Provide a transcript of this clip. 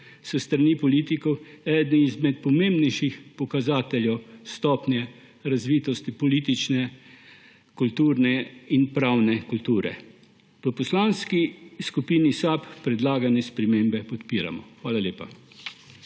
s strani politikov eden izmed pomembnejših pokazateljev stopnje razvitosti politične, kulturne in pravne kulture. V Poslanski skupini SAB predlagane spremembe podpiramo. Hvala lepa.